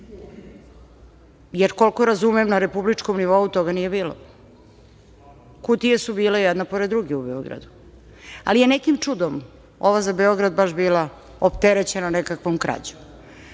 jer koliko razumem na republičkom nivou toga nije bilo, kutije su bile jedna pored druge u Beogradu, ali je nekim čudom ovo za Beograd baš bila opterećena nekakvom krađom.